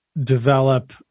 develop